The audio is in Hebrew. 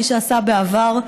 כפי שעשה בעבר,